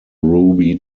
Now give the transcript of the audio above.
ruby